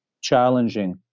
challenging